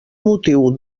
motiu